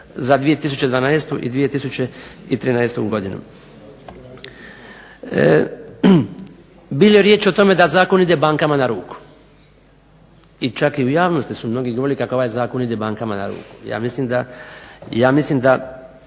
za 2012. i 2013. godinom. Bilo je riječi o tome da zakon ide bankama na ruku i čak u javnosti su mnogi govorili kako ovaj zakon ide bankama na ruku. Ja mislim da